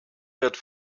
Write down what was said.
wird